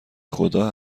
خدا